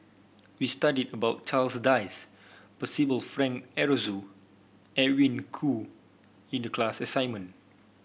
we studied about Charles Dyce Percival Frank Aroozoo Edwin Koo in the class assignment